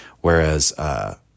whereas